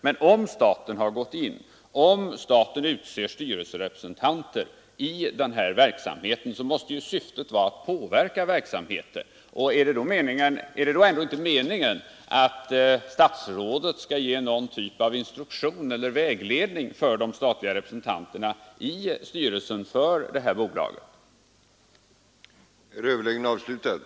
Men om staten har gått in och om staten utser styrelserepresentanter i denna verksamhet måste ju syftet vara att påverka verksamheten. Är det då ändå inte meningen att statsrådet skall ge de statliga representanterna i styrelsen för detta bolag något slags instruktion eller vägledning?